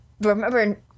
remember